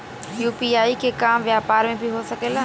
UPI के काम व्यापार में भी हो सके ला?